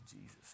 Jesus